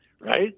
right